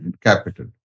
capital